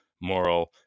moral